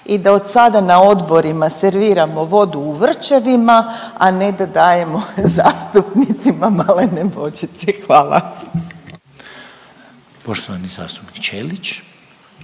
i da od sada na odborima serviramo vodu u vrčevima, a ne dajemo zastupnicima malene bočice. Hvala. **Reiner, Željko